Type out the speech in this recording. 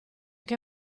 che